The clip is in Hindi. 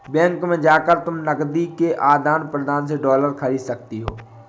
बैंक में जाकर तुम नकदी के आदान प्रदान से डॉलर खरीद सकती हो